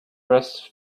rest